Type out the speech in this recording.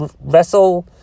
wrestle